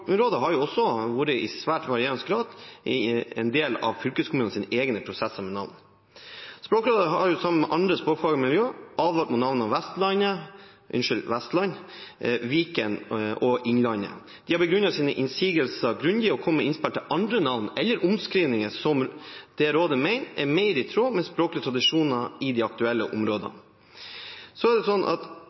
har også i svært varierende grad vært inne i fylkeskommunenes egne prosesser med navn. Språkrådet har sammen med andre språkfaglige miljø advart mot navnene Vestlandet, unnskyld, Vestland, Viken og Innlandet. De har begrunnet sine innsigelser grundig og kommet med innspill til andre navn eller omskrivninger som Språkrådet mener er mer i tråd med språklige tradisjoner i de aktuelle områdene. Da blir spørsmålet: Hva er statsrådens begrunnelse for at